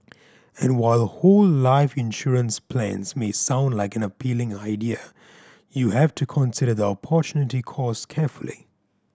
and while whole life insurance plans may sound like an appealing idea you have to consider the opportunity cost carefully